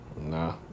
nah